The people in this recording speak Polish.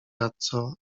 radco